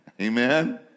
Amen